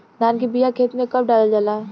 धान के बिया खेत में कब डालल जाला?